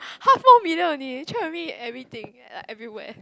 half more million only try to meet you everything like everywhere